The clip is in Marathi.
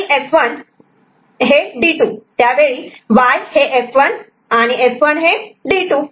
आणि F1 D2 त्यावेळी Y F1 D2